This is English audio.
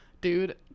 dude